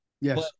Yes